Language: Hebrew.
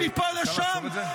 -- מעופפת מפה לשם?